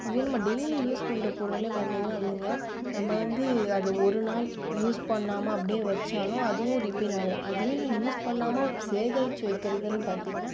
இதுவே நம்ம daily use பண்ணுற பொருளே பார்த்தீங்கனா வந்துங்க நம்ப வந்து அது ஒருநாள் யூஸ் பண்ணாமல் அப்படியே வச்சாலும் அதுவும் ரிப்பேர் ஆகும் அதுவே நான் யூஸ் பண்ணாமல் சேகரித்து வைக்கிறதுனு பார்த்தீங்கனா